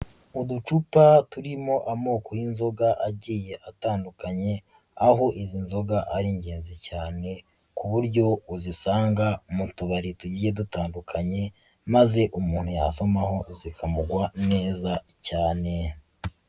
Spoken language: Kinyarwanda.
Uducupa turimo amoko y'inzoga agiye atandukanye, aho izi nzoga ari ingenzi cyane ku buryo uzisanga mu tubari tugiye dutandukanye, maze umuntu yasomamaho zikamugwa neza cyane.